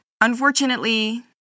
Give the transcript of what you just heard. Unfortunately